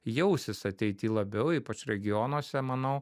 jausis ateity labiau ypač regionuose manau